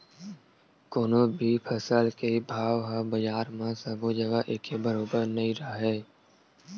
कोनो भी फसल के भाव ह बजार म सबो जघा एके बरोबर नइ राहय